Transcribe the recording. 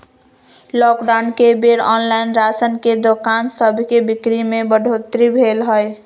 lockdown के बेर online ration के दोकान सभके बिक्री में बढ़ोतरी भेल हइ